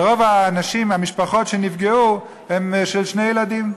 ורוב המשפחות שנפגעו הן של שני ילדים.